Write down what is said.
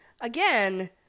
again